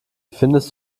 findest